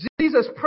Jesus